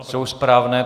Jsou správné?